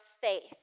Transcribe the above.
faith